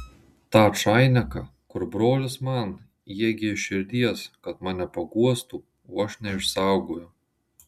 tą čainiką kur brolis man jie gi iš širdies kad mane paguostų o aš neišsaugojau